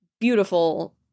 beautiful